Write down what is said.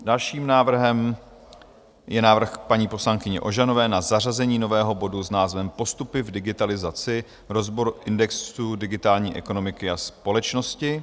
Dalším návrhem je návrh paní poslankyně Ožanové na zařazení nového bodu s názvem Postupy v digitalizaci, rozbor indexu digitální ekonomiky a společnosti.